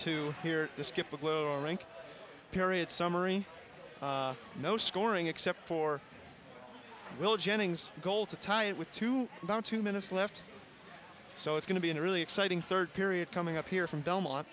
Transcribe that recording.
two here period summary no scoring except for jennings goal to tie it with about two minutes left so it's going to be a really exciting third period coming up here from belmont